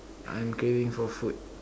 I'm craving for food